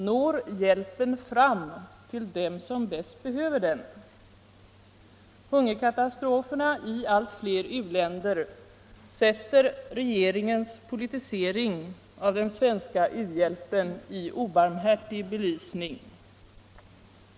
Når hjälpen fram till dem som bäst behöver den? Hungerkatastroferna i allt fler u-länder sätter regeringens politisering av den svenska u-hjälpen i obarmhärtig belysning.